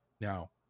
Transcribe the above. now